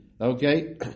Okay